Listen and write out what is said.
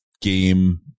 game